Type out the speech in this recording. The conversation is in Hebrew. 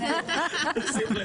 הצבעה אושר.